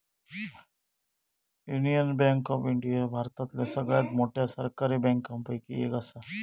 union Bank of India भारतातल्या सगळ्यात मोठ्या सरकारी बँकांपैकी एक असा